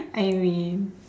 I mean